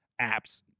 apps